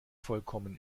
vollkommen